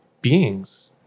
beings